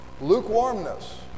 lukewarmness